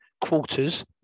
Quarters